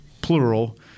plural